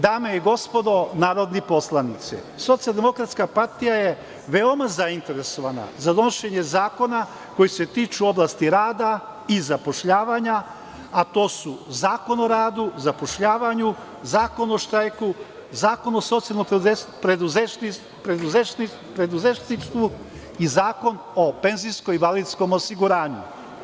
Dame i gospodo narodni poslanici, SDPS je veoma zainteresovana za donošenje zakona koji se tiču oblasti rada i zapošljavanja, a to su Zakon o radu i zapošljavanju, Zakon o štrajku, Zakon o socijalnom preduzetništvu i Zakon o penzijskom i invalidskom osiguranju.